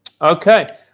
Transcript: Okay